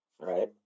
right